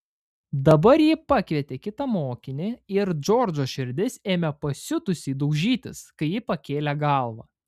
dabar ji pakvietė kitą mokinį ir džordžo širdis ėmė pasiutusiai daužytis kai ji pakėlė galvą